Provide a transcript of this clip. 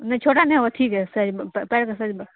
نہیں چھوٹا نہیں ہوگا ٹھیک ہے سہی پیر کا سائز بھر